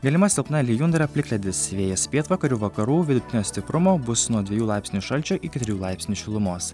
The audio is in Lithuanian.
galima silpna lijundra plikledis vėjas pietvakarių vakarų vidutinio stiprumo bus nuo dviejų laipsnių šalčio iki trijų laipsnių šilumos